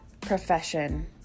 profession